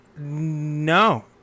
No